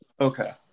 okay